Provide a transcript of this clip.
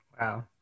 Wow